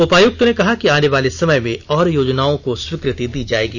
उपायुक्त ने कहा कि आने वाले समय में और योजनाओं को स्वीकृति दी जाएगी